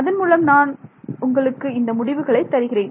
அதன் மூலம் நான் உங்களுக்கு இந்த முடிவுகளை தருகிறேன்